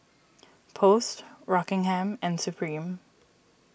Post Rockingham and Supreme